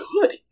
good